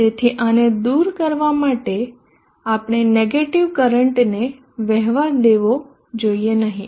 તેથી આને દૂર કરવા માટે આપણે નેગેટીવ કરંટ ને વહેવા દેવો જોઈએ નહીં